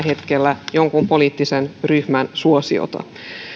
hetkellä jonkun poliittisen ryhmän suosiota